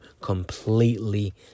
completely